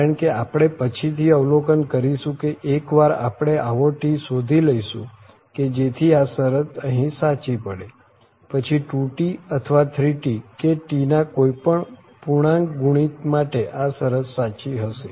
કારણ કે આપણે પછી થી અવલોકન કરીશું કે એકવાર આપણે આવો T શોધી લઈશું કે જેથી આ શરત અહીં સાચી પડે પછી 2T અથવા 3T કે T ના કોઈ પણ પૂર્ણાંક ગુણિત માટે આ શરત સાચી હશે